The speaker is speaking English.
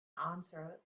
answer